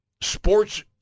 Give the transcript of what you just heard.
sports